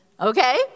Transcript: okay